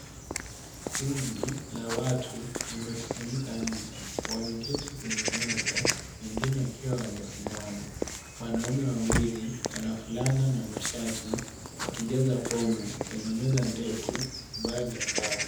Kundi la watu limekusanyika nje, wameketi kwenye meza wengine wakiwa wamesimama, wanaume wawili wanfulana na mashati wakijaza fomu kwenye meza ndefu ambayo ni ya mbao.